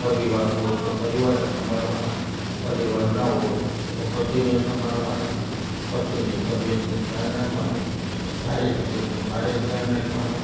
પરિવાર હોય તો પરિવારને સંભાળવાના પરિવાર ન હોય તો પતિને સંભાળવાના પતિની તબિયતનું ધ્યાન રાખવાનું તારી તબિયતનું મારે ધ્યાન રાખવાનું